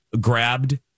grabbed